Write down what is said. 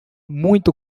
muito